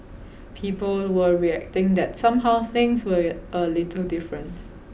people were reacting that somehow things were a little different